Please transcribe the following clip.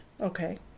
Okay